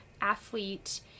athlete